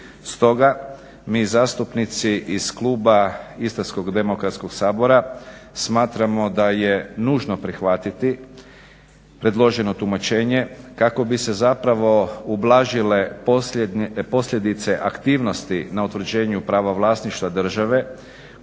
Stoga mi zastupnici iz kluba Istarskog demokratskog sabora smatramo da je nužno prihvatiti predloženo tumačenje kako bi se zapravo ublažile posljedice aktivnosti na utvrđenju prava vlasništva države